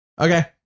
okay